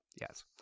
Yes